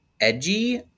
edgy